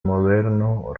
moderno